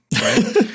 Right